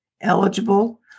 eligible